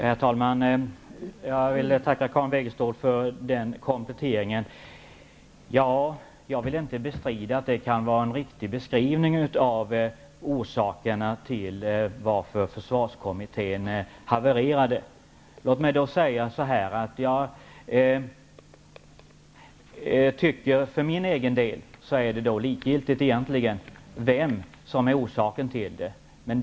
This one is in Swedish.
Herr talman! Jag vill tacka Karin Wegestål för kompletteringen. Jag vill inte bestrida att det här kan vara en riktig beskrivning av orsakerna till varför försvarskommittén havererade. För mig är det egentligen likgiltigt vem som är orsaken till det.